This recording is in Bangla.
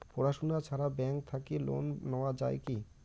পড়াশুনা ছাড়া ব্যাংক থাকি লোন নেওয়া যায় কি?